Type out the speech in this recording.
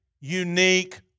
unique